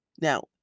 Now